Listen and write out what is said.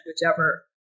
whichever